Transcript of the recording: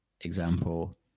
Example